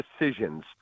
decisions